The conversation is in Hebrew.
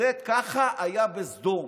ככה היה בסדום.